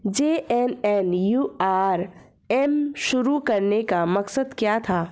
JNNURM शुरू करने का मकसद क्या था?